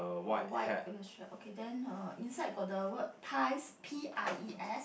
a white with a shirt okay then uh inside got the word pies P I E S